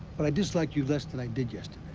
but i dislike you less than i did yesterday.